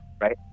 right